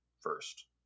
first